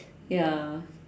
ya